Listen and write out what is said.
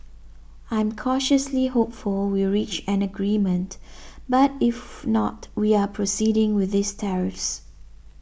I'm cautiously hopeful we reach an agreement but if not we are proceeding with these tariffs